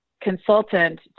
consultant